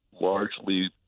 largely